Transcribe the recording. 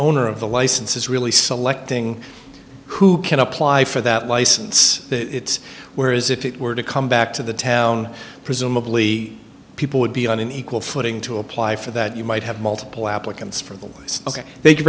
owner of the licenses really selecting who can apply for that license it's where is if it were to come back to the town presumably people would be on an equal footing to apply for that you might have multiple applicants for